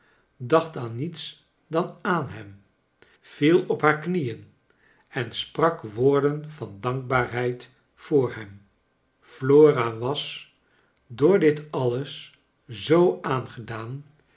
dacht aan niets dan aan hem viel op haar knieen en sprak woorden van dankbaarheid voor hem flora was door dit alles zoo aangedaan